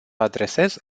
adresez